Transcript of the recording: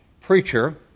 preacher